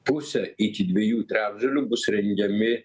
pusė iki dviejų trečdalių bus rengiami